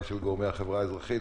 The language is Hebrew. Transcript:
גם של גורמי החברה האזרחית,